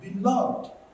beloved